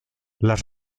las